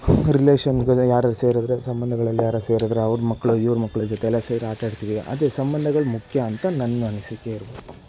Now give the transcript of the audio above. relation ಜೊತೆ ಯಾರಾದರೂ ಸೇರಿದರೆ ಸಂಬಂಧಗಳಲ್ಲಿ ಯಾರಾ ಸೇರಿದರೆ ಅವರ ಮಕ್ಕಳು ಇವರ ಮಕ್ಕಳು ಜೊತೆ ಎಲ್ಲ ಸೇರಿ ಆಟಾಡ್ತೀವಿ ಅದೇ ಸಂಬಂಧಗಳು ಮುಖ್ಯ ಅಂತ ನನ್ನ ಅನಿಸಿಕೆ ಇರ್ಬೋದು